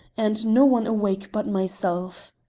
and no one awake but myself.